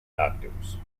actors